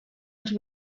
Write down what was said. als